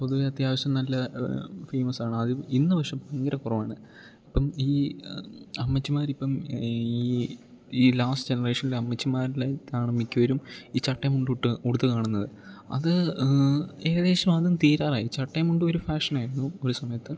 പൊതുവെ അത്യാവശ്യം നല്ല ഫേമസാണ് അത് ഇന്ന് പക്ഷേ ഭയങ്കര കുറവാണ് ഇപ്പം ഈ അമ്മച്ചിമാരിപ്പം ഈ ഈ ലാസ്റ്റ് ജനറേഷൻലെ അമ്മച്ചിമാരില് ഇതാണ് മിക്കവരും ഈ ചട്ടയും മുണ്ടും ഇട്ട് ഉടുത്ത് കാണുന്നത് അത് ഏകദേശം അതും തീരാറായി ചട്ടയും മുണ്ടും ഒര് ഫാഷനായിരുന്നു ഒര് സമയത്ത്